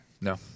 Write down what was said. No